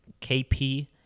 KP